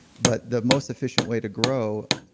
but the most efficient way to grow,